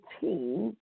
team